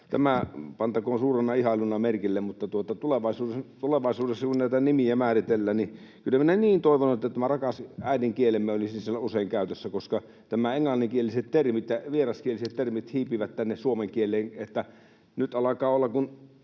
Tämä pantakoon suurena ihailuna merkille, mutta tulevaisuudessa kun näitä nimiä määritellään, kyllä niin toivon, että tämä rakas äidinkielemme olisi silloin usein käytössä, koska englanninkieliset ja muut vieraskieliset termit hiipivät tänne suomen kieleen, niin että kun